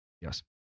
Yes